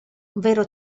vero